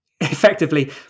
effectively